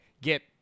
get